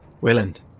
Wayland